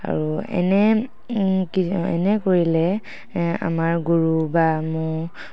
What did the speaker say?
আৰু এনে কৰিলে আমাৰ গৰু বা ম'হ